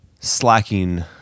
slacking